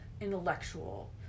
intellectual